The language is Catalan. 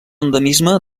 endemisme